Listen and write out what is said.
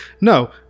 No